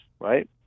right